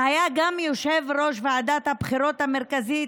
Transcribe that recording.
שהיה גם יושב-ראש ועדת הבחירות המרכזית,